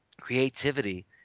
creativity